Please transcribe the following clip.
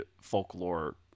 folklore